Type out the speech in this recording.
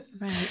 right